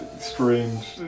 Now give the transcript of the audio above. strange